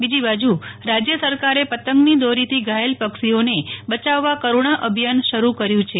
બીજી બાજુ રાજ્ય સરકારે પતંગની દોરીથી ઘાયલ પક્ષીઓને બયાવવા કરુણા અભિયાન શરૂ કર્યું છે